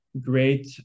great